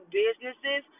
businesses